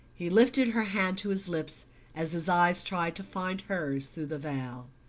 he lifted her hand to his lips as his eyes tried to find hers through the veil.